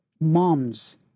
moms